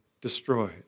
destroyed